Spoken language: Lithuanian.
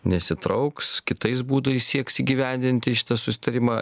nesitrauks kitais būdais sieks įgyvendinti šitą susitarimą